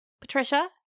Patricia